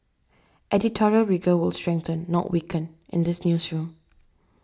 editorial rigour will strengthen not weaken in this newsroom